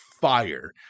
Fire